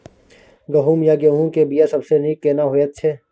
गहूम या गेहूं के बिया सबसे नीक केना होयत छै?